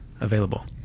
available